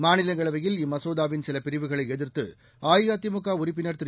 மாநிலங்களவையில் இம்மசோதாவின் சில பிரிவுகளை எதிர்த்து அஇஅதிமுக உறுப்பினர் திரு